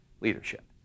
leadership